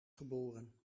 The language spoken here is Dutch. geboren